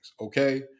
okay